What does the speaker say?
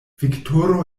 viktoro